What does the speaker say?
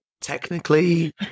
Technically